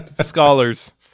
Scholars